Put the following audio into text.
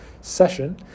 session